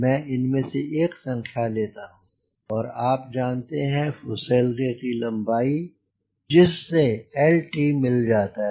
मैं इनमे से एक संख्या लेता हूँ और आप जानते हैं फुसेलगे की लंबाई जिस से lt मिल जाता है